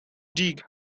dig